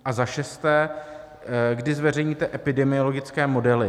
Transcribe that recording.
A za šesté: Kdy zveřejníte epidemiologické modely?